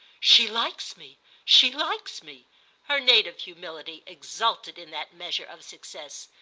she likes me she likes me her native humility exulted in that measure of success.